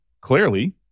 clearly